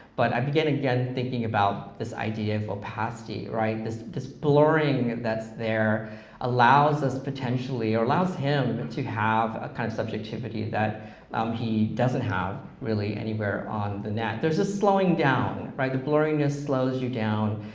but i began, again, thinking about this idea of opacity, this this blurring that's there allows us potentially, or allows him and to have a kind of subjectivity that he doesn't have really anywhere on the net. there's a slowing down, the blurriness slows you down,